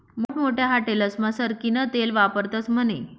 मोठमोठ्या हाटेलस्मा सरकीनं तेल वापरतस म्हने